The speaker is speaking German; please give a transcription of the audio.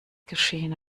geschehen